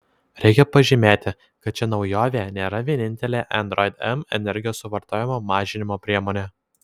reikia pažymėti kad ši naujovė nėra vienintelė android m energijos suvartojimo mažinimo priemonė